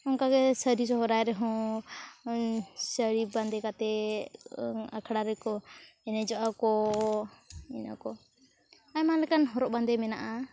ᱚᱱᱠᱟᱜᱮ ᱥᱟᱹᱨᱤ ᱥᱚᱦᱚᱨᱟᱭ ᱨᱮᱦᱚᱸ ᱥᱟᱹᱲᱤ ᱵᱟᱸᱫᱮ ᱠᱟᱛᱮᱫ ᱟᱠᱷᱲᱟ ᱨᱮᱠᱚ ᱮᱱᱮᱡᱚ ᱟᱠᱚ ᱤᱱᱟᱹᱠᱚ ᱟᱭᱢᱟ ᱞᱮᱠᱟᱱ ᱦᱚᱨᱚᱜ ᱵᱟᱸᱫᱮ ᱢᱮᱱᱟᱜᱼᱟ